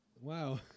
wow